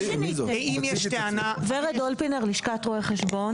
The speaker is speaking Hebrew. אם יש טענה --- ורד אולפינר מלשכת רואי החשבון.